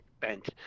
bent